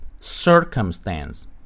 Circumstance